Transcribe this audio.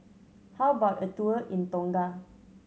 how about a tour in Tonga